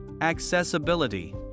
Accessibility